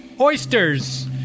Oysters